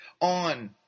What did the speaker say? on